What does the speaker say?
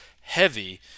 heavy